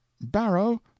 barrow